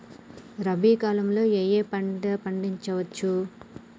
రబీ కాలంలో ఏ ఏ పంట పండించచ్చు?